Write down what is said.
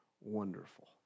wonderful